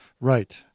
right